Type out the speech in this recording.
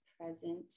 present